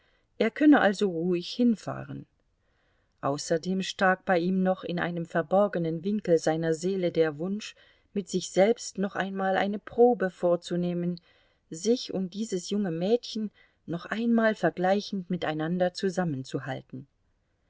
er könne also ruhig hinfahren außerdem stak bei ihm noch in einem verborgenen winkel seiner seele der wunsch mit sich selbst noch einmal eine probe vorzunehmen sich und dieses junge mädchen noch einmal vergleichend miteinander zusammenzuhalten